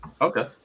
Okay